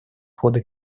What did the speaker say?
хода